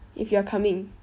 if you are coming